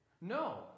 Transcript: No